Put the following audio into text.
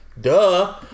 Duh